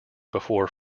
before